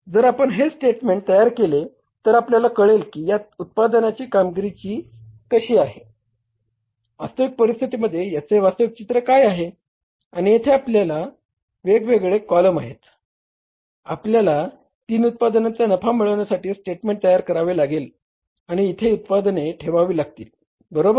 जर आपण हे स्टेटमेंट तयार केले तर आपल्याला कळेल की या उत्पादनाची कामगिरी कशी आहे वास्तविक परिस्थितीमध्ये याचे वास्तविक चित्र काय आहे आणि येथे आपल्याकडे वेगवेगळे कॉलम आहेत आपल्याला तीन उत्पादनांचा नफा मिळवण्यासाठी स्टेटमेंट तयार करावे लागेल आणि इथे उत्पादने ठेवावी लागतील बरोबर